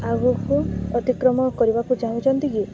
ଆଗକୁ ଅତିକ୍ରମ କରିବାକୁ ଚାହୁଁଛନ୍ତି କି